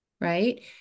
Right